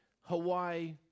Hawaii